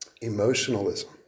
Emotionalism